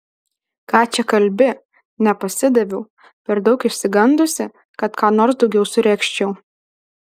ką čia kalbi nepasidaviau per daug išsigandusi kad ką nors daugiau suregzčiau